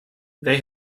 they